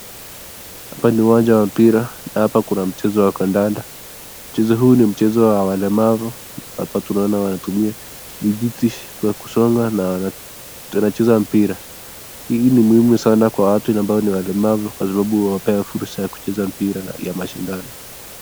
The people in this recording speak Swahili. Hapa ni uwanja wa mpira na hapa kuna mchezo ya kandanda, mchezo huu ni mchezo wa walemavu hapa tunaona wanatumia vijiti kwa kusonga na wanacheza mpira, Hii ni muhimu sana kwa watu ambao ni walemavu kwa sababu huwabea fursa ya kucheza mpira ya mashindano.